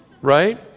Right